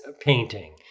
painting